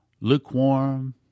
lukewarm